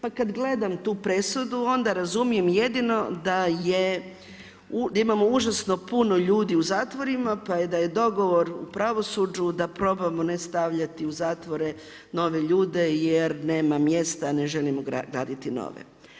Pa kad gledam tu presudu, onda razumijem jedino da imamo užasno puno ljudi u zatvorima pa da je dogovor u pravosuđu da probamo ne stavljati u zatvore nove ljude jer nema mjesta, ne želimo raditi nove.